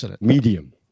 medium